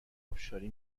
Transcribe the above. ابشاری